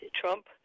Trump